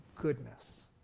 goodness